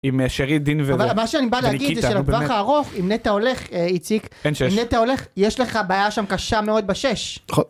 עם שרי דין וראה מה שאני בא להגיד זה של הבחר ארוך אם נטע הולך איציק נטע הולך יש לך בעיה שם קשה מאוד בשש.